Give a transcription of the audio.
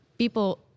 People